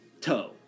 toe